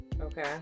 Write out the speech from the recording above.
Okay